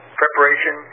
preparation